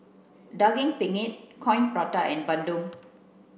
daging penyet coin prata and bandung